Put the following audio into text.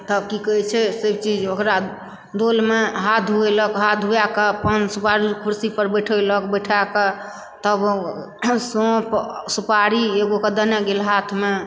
तब कि कहे छै से चीज ओकरा डोल मे हाथ धुएलक हाथ धुआके पान सुपारी कुर्सी पर ओकरा बैठेलक बैठाके तब सौंफ सुपारी एगो कऽ देने गेल हाथमे